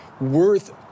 worth